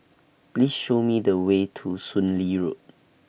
Please Show Me The Way to Soon Lee Road